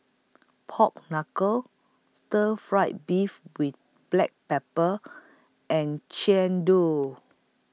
Pork Knuckle Stir Fry Beef with Black Pepper and